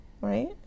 right